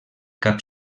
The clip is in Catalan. cap